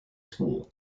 school